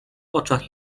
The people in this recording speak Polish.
oczach